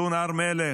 סון הר מלך,